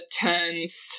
turns